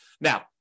Now